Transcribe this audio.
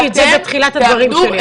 --- אמרתי את זה בתחילת הדברים שלי.